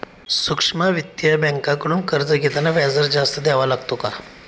सूक्ष्म वित्तीय बँकांकडून कर्ज घेताना व्याजदर जास्त द्यावा लागतो का?